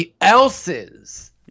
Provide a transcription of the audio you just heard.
else's